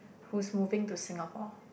who's moving to Singapore